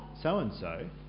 so-and-so